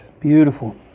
Beautiful